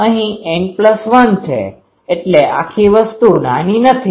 અહી N1 છે એટલે આખી વસ્તુ નાની નથી